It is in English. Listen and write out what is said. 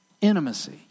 intimacy